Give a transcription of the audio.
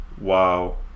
Wow